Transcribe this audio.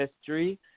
history